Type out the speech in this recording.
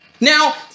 Now